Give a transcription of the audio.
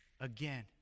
again